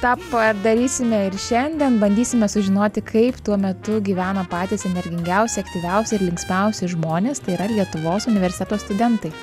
tą padarysime ir šiandien bandysime sužinoti kaip tuo metu gyveno patys energingiausi aktyviausi ir linksmiausi žmonės tai yra lietuvos universiteto studentai